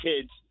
kids